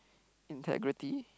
integrity